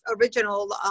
original